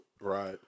Right